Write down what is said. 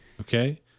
Okay